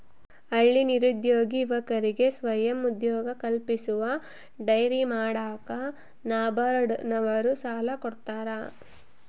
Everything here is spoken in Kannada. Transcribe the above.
ಹಳ್ಳಿ ನಿರುದ್ಯೋಗಿ ಯುವಕರಿಗೆ ಸ್ವಯಂ ಉದ್ಯೋಗ ಕಲ್ಪಿಸಲು ಡೈರಿ ಮಾಡಾಕ ನಬಾರ್ಡ ನವರು ಸಾಲ ಕೊಡ್ತಾರ